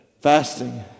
fasting